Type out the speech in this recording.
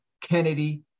kennedy